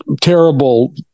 terrible